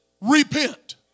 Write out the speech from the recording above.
Repent